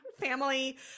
family